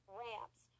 ramps